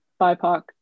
bipoc